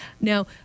Now